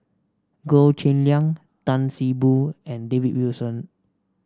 Goh Cheng Liang Tan See Boo and David Wilson